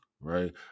right